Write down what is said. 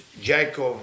Jacob